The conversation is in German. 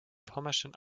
pommerschen